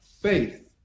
faith